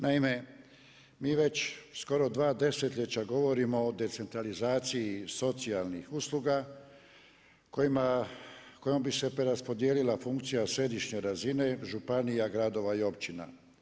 Naime, mi već skoro dva desetljeća govorimo o decentralizaciji socijalnih usluga kojom bi se preraspodijelila funkcija središnje razine županija, gradova i općina.